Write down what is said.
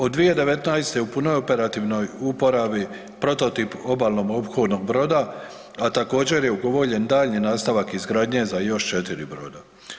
Od 2019. u je punoj operativnoj uporabi prototip obalnom ophodnog broda, a također je ugovoren daljnji nastavak izgradnje za još 4 broda.